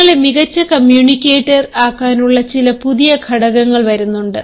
നിങ്ങളെ മികച്ച കമ്മ്യൂണിക്കേറ്റർ ആക്കാനുള്ള ചില പുതിയ ഘടകങ്ങൾ വരുന്നുണ്ട്